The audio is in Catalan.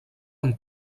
amb